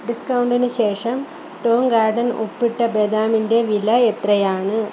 ഡിസ്ക്കൗണ്ടിന് ശേഷം Tong Garden ഉപ്പിട്ട ബദാമിന്റെ വില എത്രയാണ്